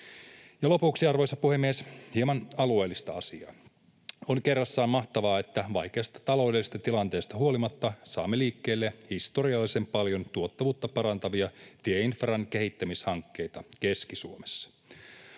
lopuksi, arvoisa puhemies, hieman alueellista asiaa: On kerrassaan mahtavaa, että vaikeasta taloudellisesta tilanteesta huolimatta saamme liikkeelle historiallisen paljon tuottavuutta parantavia tieinfran kehittämishankkeita Keski-Suomessa.